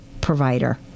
provider